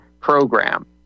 program